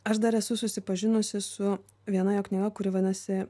aš dar esu susipažinusi su viena jo knyga kuri vadinasi